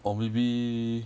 or maybe